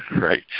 right